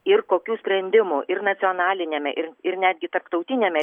ir kokių sprendimų ir nacionaliniame ir ir netgi tarptautiniame